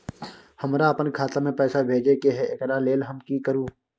हमरा अपन खाता में पैसा भेजय के है, एकरा लेल हम की करू?